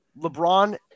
LeBron